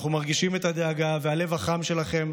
אנחנו מרגישים את הדאגה והלב החם שלכם,